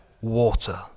Water